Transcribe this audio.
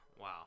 wow